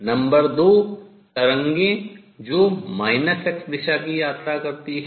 number 2 तरंगें जो minus x दिशा की यात्रा करती हैं